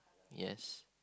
yes